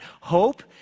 Hope